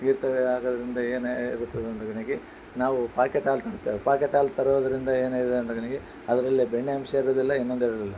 ಗೀರ್ ತಳಿ ಆಗೋದ್ರಿಂದ ಏನು ಆಗುತ್ತದೆ ಅಂದರೆ ನನಗೆ ನಾವು ಪಾಕೆಟ್ ಹಾಲು ತರ್ತೀವಿ ಪಾಕೆಟ್ ಹಾಲು ತರೋದರಿಂದ ಏನಿದೆ ಅಂದರೆ ನನಗೆ ಅದರಲ್ಲಿ ಬೆಣ್ಣೆ ಅಂಶ ಇರೋದಿಲ್ಲ ಇನ್ನೊಂದಿರೋದಿಲ್ಲ